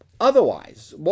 Otherwise